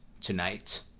tonight